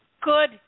Good